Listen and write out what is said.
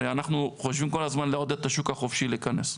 הרי אנחנו חושבים כל הזמן לעודד את השוק החופשי להיכנס.